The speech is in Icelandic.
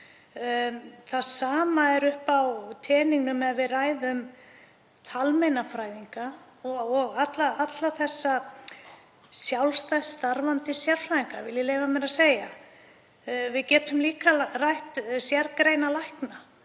Það sama er uppi á teningnum ef við ræðum um talmeinafræðinga og alla þessa sjálfstætt starfandi sérfræðinga, vil ég leyfa mér að segja. Við getum líka rætt sérgreinalækna